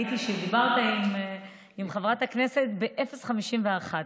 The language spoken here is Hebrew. וראיתי שדיברת עם חברת הכנסת ב-0:51,